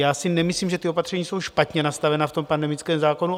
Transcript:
Já si nemyslím, že ta opatření jsou špatně nastavena v pandemickém zákonu.